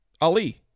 Ali